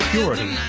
Purity